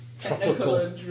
tropical